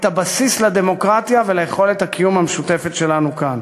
הבסיס לדמוקרטיה וליכולת הקיום המשותפת שלנו כאן.